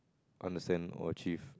understand or achieve